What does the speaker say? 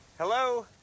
Hello